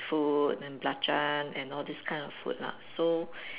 food and belacan and all these kind of food lah so